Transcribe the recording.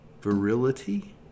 virility